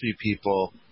people